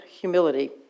humility